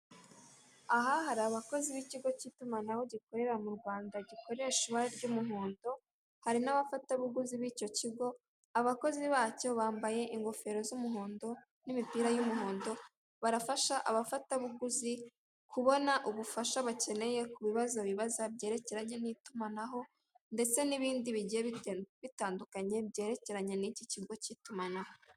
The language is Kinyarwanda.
Aha hari abakozi b'ikigo k'itumanaho bakorera mu Rwanda bakoresha ibara ry'umuhondo , hari n'abafatabugizi bicyo kigo ,abakozi bacyo bambaye ingofero z'umuhondo n'imipira y'umuhondo barafasha abafatabuguzi kubona ubufasha bakeneye kubibazo bibaza byerekeranye n'itumanaho ndetse n'ibindi bigiye bitandukanye byerekeranye nicyo kigo cy'itumanaho.